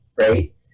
right